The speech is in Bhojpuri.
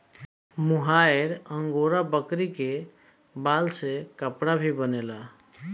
मोहायर अंगोरा बकरी के बाल से कपड़ा भी बनेला